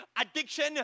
addiction